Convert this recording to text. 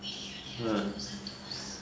!huh!